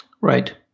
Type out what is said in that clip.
Right